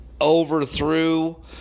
overthrew